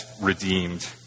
redeemed